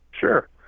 Sure